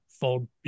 fold